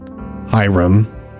Hiram